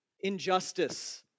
Injustice